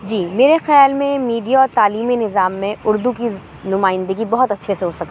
جی میرے خیال میں میڈیا اور تعلیمی نظام میں اُردو کی نمائندگی بہت اچھے سے ہو سکتی ہے